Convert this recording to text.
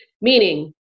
Meaning